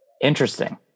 Interesting